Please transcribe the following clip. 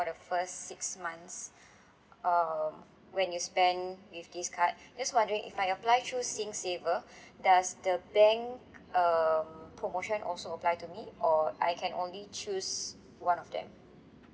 for the first six months um when you spend with this card just wondering if I apply through singsaver does the bank um promotion also apply to me or I can only choose one of them